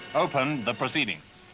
opened the proceedings.